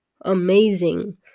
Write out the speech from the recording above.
amazing